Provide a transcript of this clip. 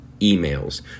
emails